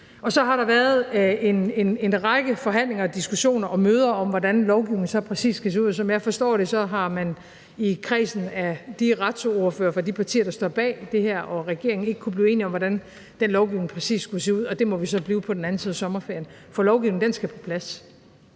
Så har der været en række forhandlinger, diskussioner og møder om, hvordan lovgivningen præcis skal se ud. Som jeg forstår det, har man i kredsen af retsordførerne for de partier, der står bag det her, og regeringen ikke kunnet blive enige om, hvordan den lovgivning præcis skulle se ud, og det må vi så blive på den anden side af sommerferien. For lovgivningen skal på plads.